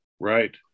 Right